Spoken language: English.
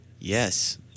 Yes